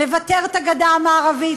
לבתר את הגדה המערבית,